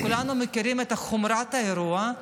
כולנו מכירים את חומרת האירוע,